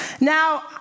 Now